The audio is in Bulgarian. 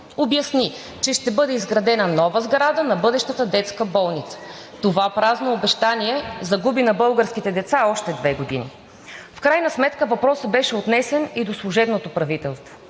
обясни, че ще бъде изградена нова сграда на бъдещата детска болница. Това празно обещание загуби на българските деца още две години. В крайна сметка въпросът беше отнесен и до служебното правителство